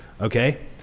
Okay